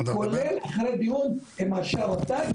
כולל אחרי דיון עם ראשי המועצה,